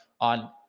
on